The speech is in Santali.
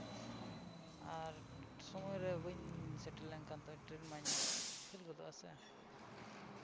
ᱟᱨ ᱥᱚᱢᱚᱭ ᱨᱮ ᱵᱟᱹᱧ ᱥᱮᱴᱮᱨ ᱞᱮᱱᱠᱷᱟᱱ ᱫᱚ ᱴᱨᱮ ᱱ ᱢᱟᱧ ᱯᱷᱮ ᱞ ᱜᱚᱫᱚᱜᱼᱟ ᱥᱮ